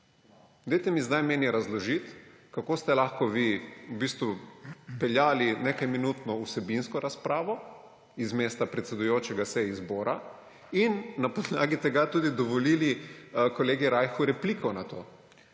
Dajte mi zdaj razložiti, kako ste lahko vi peljali nekajminutno vsebinsko razpravo z mesta predsedujočega seji zbora in na podlagi tega tudi dovolili kolegu Rajhu repliko na to.